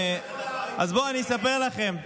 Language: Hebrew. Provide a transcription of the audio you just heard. אז בואו אני אספר לכם,